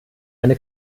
eine